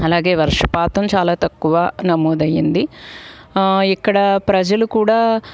అలాగే వర్షపాతం చాలా తక్కువ నమోదు అయ్యింది ఇక్కడ ప్రజలు కూడా